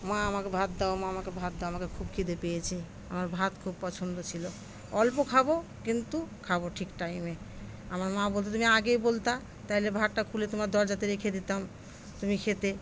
মা আমাকে ভাত দাও মা আমাকে ভাত দাও আমাকে খুব খিদে পেয়েছে আমার ভাত খুব পছন্দ ছিল অল্প খাবো কিন্তু খাবো ঠিক টাইমে আমার মা বলত তুমি আগে বলতে তাহলে ভাতটা খুলে তোমার দরজাতে রেখে দিতাম তুমি খেতে